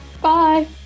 bye